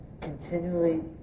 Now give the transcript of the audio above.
continually